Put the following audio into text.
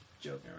joking